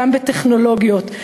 גם בטכנולוגיות,